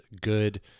good